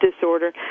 disorder